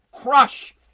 crush